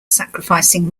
sacrificing